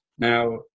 Now